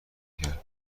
کرد